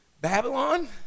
Babylon